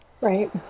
Right